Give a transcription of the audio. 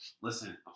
Listen